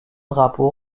drapeau